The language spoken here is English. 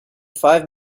five